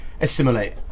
Assimilate